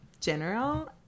general